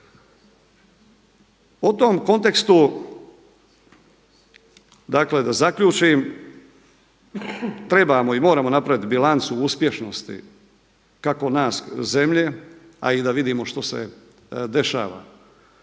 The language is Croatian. O tome kontekstu, dakle da zaključim, trebamo i moramo napraviti bilancu uspješnosti kako nas zemlje, a i da vidimo što se dešava.